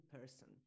person